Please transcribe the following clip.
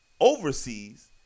overseas